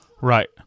right